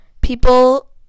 people